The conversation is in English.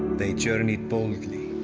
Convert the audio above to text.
they journeyed boldly,